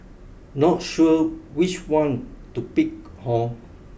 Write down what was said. not sure which one to pick Hor